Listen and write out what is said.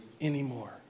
anymore